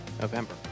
november